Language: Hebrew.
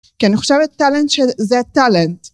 כי אני חושבת טאלנט שזה הטאלנט.